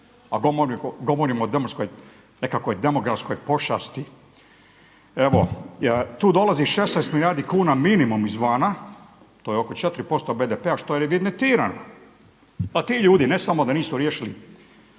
o demografskoj, nekakvoj demografskoj pošast? Evo tu dolazi 16 milijardi kuna minimum izvana, to je oko 4% BDP-a što je revidentirano. A ti ljudi ne samo da nisu riješili